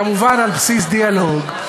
כמובן על בסיס דיאלוג,